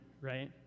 right